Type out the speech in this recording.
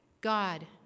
God